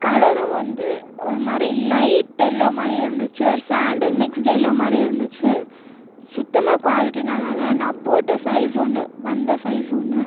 கலரும் வந்து ஒரு மாதிரி லைட்டு எல்லோவ் மாதிரி இருந்துச்சு ஒரு சாண்டல் மிக்ஸ்டு எல்லோவ் மாதிரி இருந்துச்சு சுத்தமாக குவாலிட்டி நல்லா இல்லை நான் போட்ட சைஸ் ஒன்று வந்த சைஸ் ஒன்று